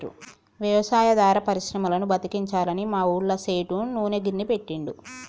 వ్యవసాయాధార పరిశ్రమలను బతికించాలని మా ఊళ్ళ సేటు నూనె గిర్నీ పెట్టిండు